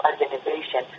Organization